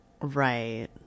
Right